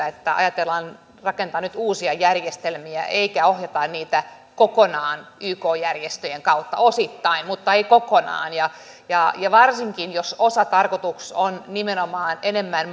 että ajatellaan rakentaa nyt uusia järjestelmiä eikä ohjata niitä kokonaan yk järjestöjen kautta osittain mutta ei kokonaan ja ja varsinkaan jos osatarkoitus on nimenomaan enemmän